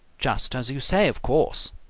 just as you say, of course,